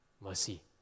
Mercy